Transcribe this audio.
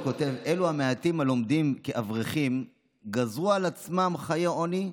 הוא כותב: אלו המעטים הלומדים כאברכים גזרו על עצמם חיי עוני.